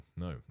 No